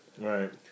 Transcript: Right